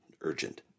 urgent